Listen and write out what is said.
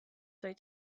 they